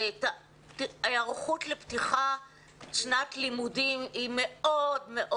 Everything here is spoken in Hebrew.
ההיערכות לפתיחת שנת לימודים היא מאוד מאוד